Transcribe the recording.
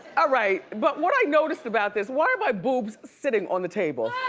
ah right, but what i noticed about this, why are my boobs sitting on the table?